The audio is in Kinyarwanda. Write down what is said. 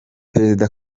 perezida